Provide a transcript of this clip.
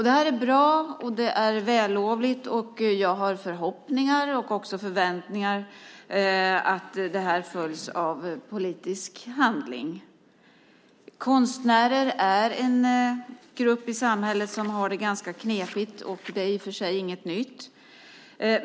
Det här är bra, och det är vällovligt. Jag har förhoppningar och också förväntningar att det här följs av politisk handling. Konstnärer är en grupp i samhället som har det ganska knepigt. Det är i och för sig inget nytt.